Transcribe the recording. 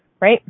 right